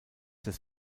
des